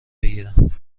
بگیرند